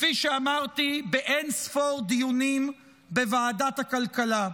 כפי שאמרתי באין-ספור דיונים בוועדת הכלכלה,